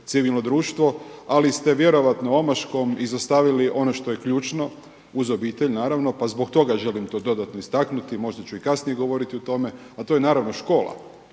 civilno društvo, ali ste vjerojatno omaškom izostavili ono što je ključno uz obitelj naravno, pa zbog toga želim to dodatno istaknuti. Možda ću i kasnije govoriti o tome, a to je naravno škola.